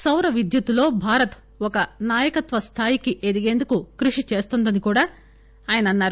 సౌర విద్యుత్ లో భారత్ ఒక నాయకత్వ స్థాయికి ఎదగేందుకు కృషి చేస్తుందని మోదీ అన్నారు